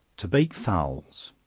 to bake fowls.